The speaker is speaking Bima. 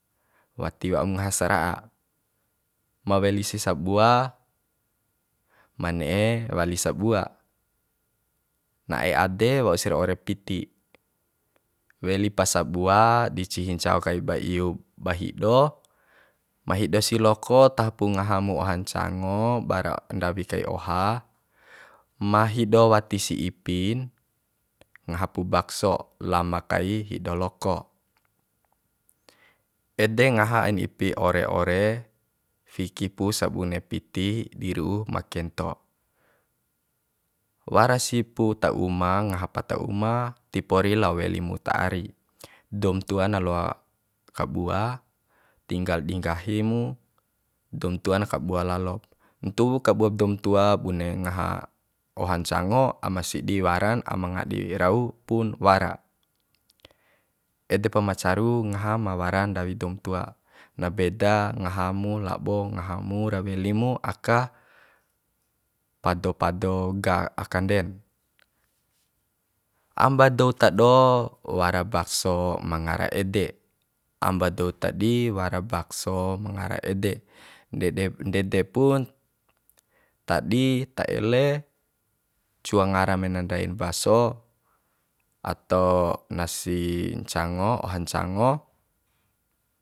Wati wa'u mu ngaha sara'a ma weli si sabua ma ne'e wali sabua na'e ade waus ra ore piti weli pa sabua di ncihi ncao kai ba iu ba hido ma hido si loko taho pu ngaha mu oha ncango bara ndawi kai oha ma hido wati si ipin ngaha pu bakso lama kai hido loko ede ngaha ain ipi ore ore fiki pu sabune piti di ru'u ma kento wara si pu ta uma ngaha pa ta uma ti pori lao weli mu ta ari doum tua na loa kabua tinggal di nggahi mu daoum tua na kabua lalop ntuwu kabuab doum tua bune ngaha oha ncango aima sidi waran aima ngadi rau pun wara ede pa ma caru ngaha ma wara ndawi doum tua na beda ngaha mu labo ngaha mu ra weli mu aka pado pado ga akanden amba dou ta do wara bakso ma ngara ede amba dou ta di wara bakso ma ngara ede ndedep ndede pun ta di ta ele cua ngara mena ndain baso ato nasi ncango oha ncango